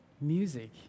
music